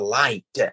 light